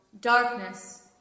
darkness